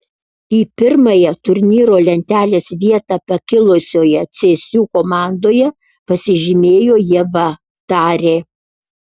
į pirmąją turnyro lentelės vietą pakilusioje cėsių komandoje pasižymėjo ieva tarė